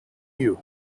you